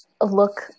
look